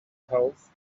health